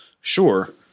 sure